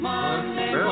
Monday